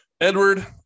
Edward